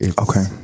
Okay